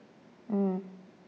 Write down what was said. mm